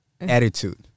attitude